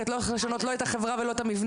כי את לא יכולה לשנות לא את החברה ולא את המבנה.